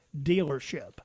dealership